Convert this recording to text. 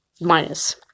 Minus